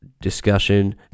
discussion